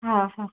हा हा